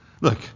Look